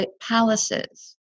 palaces